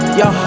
yo